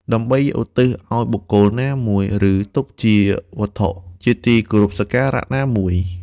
ដើម្បីឧទ្ទិសឲ្យបុគ្គលណាមួយ ឬ ទុកជាវត្ថុជាទីគោរពសក្ការៈណាមួយ។